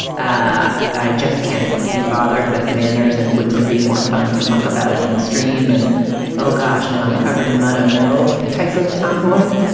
i just can't be bothered with manners. and wouldn't it be more fun to muck about in the stream and oh gosh, now i'm covered in mud ono type of tomboy.